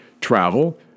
travel